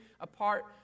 apart